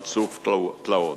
רצוף תלאות.